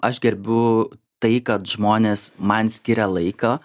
aš gerbiu tai kad žmonės man skiria laiką